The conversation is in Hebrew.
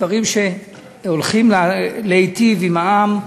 דברים שהולכים להיטיב עם העם.